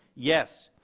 yes.